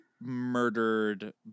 murdered